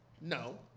No